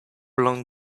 blond